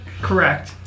Correct